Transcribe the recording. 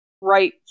right